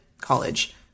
college